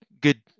good